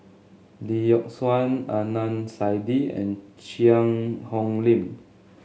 Lee Yock Suan Adnan Saidi and Cheang Hong Lim